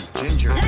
ginger